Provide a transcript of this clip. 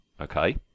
Okay